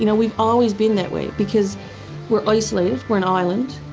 you know we've always been that way because we're isolated we're an island.